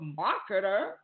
marketer